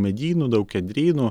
medynų daug kedrynų